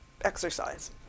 exercise